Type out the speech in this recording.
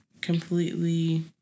completely